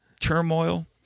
turmoil